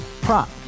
prop